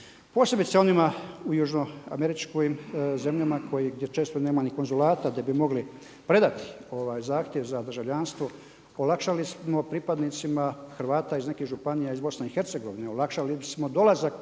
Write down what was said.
posebice u južno američkim zemljama gdje često nema ni konzulata, gdje bi mogli predati ovaj zahtjev za državljanstvo, olakšali smo pripadnicima Hrvata iz nekih županija, iz BiH, olakšali bismo dolazak